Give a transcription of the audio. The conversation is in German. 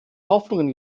hoffnungen